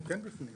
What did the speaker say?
הוא כן בפנים.